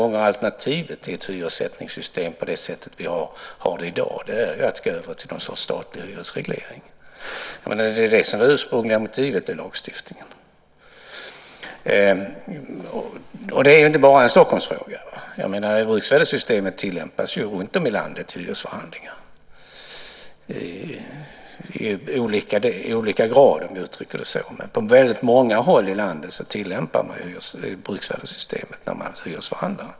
Alternativet till ett hyressättningssystem på det sätt vi har i dag är, som jag har sagt många gånger, att gå över till någon sorts statlig hyresreglering. Det är det ursprungliga motivet till lagstiftningen. Det är inte bara en Stockholmsfråga. Bruksvärdessystemet tillämpas ju runtom i landet vid hyresförhandlingar, i olika grad, om jag uttrycker det så. Men på väldig många håll i landet tillämpas bruksvärdessystemet när man hyresförhandlar.